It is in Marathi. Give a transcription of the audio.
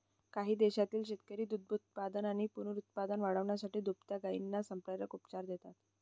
काही देशांतील शेतकरी दुग्धोत्पादन आणि पुनरुत्पादन वाढवण्यासाठी दुभत्या गायींना संप्रेरक उपचार देतात